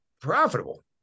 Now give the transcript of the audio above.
profitable